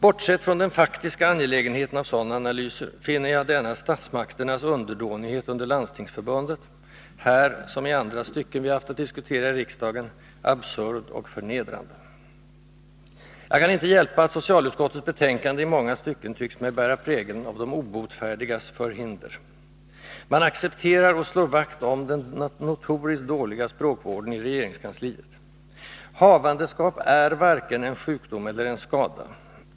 Bortsett från den faktiska angelägenheten av sådana analyser finner jag denna statsmakternas underdånighet under Landstingsförbundet — här som i andra stycken som vi haft att diskutera i riksdagen — absurd och förnedrande. Jag kan inte hjälpa att socialutskottets betänkande i många stycken tycks mig bära prägeln av de obotfärdigas förhinder. Man accepterar, och slår vakt om, den notoriskt dåliga språkvården i regeringskansliet. Havandeskap är varken en sjukdom eller en skada.